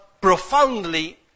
profoundly